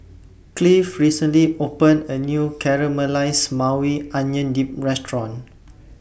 Cleave recently opened A New Caramelized Maui Onion Dip Restaurant